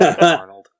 Arnold